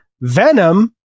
venom